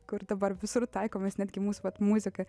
kur dabar visur taikomas netgi mūsų vat muzika